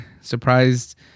surprised